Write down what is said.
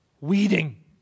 weeding